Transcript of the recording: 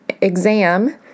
exam